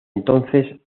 entonces